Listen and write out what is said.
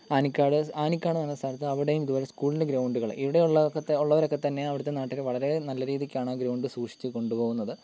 ആനിക്കാട് ആനിക്കാട് പറഞ്ഞ സ്ഥലത്ത് അവിടെയും ഇതുപോലെ സ്കൂളിൻ്റെ ഗ്രൗണ്ടുകള് ഇവിടെ ഉള്ളവരൊക്കെ തന്നെയാണ് അവിടെത്തെ നാട്ടില് വളരെ നല്ല രീതിക്കാണ് ഗ്രൗണ്ട് സൂക്ഷിച്ചു കൊണ്ടുപോകുന്നത്